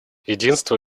единство